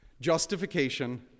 Justification